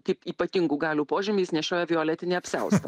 kaip ypatingų galių požymį jis nešioja violetinį apsiaustą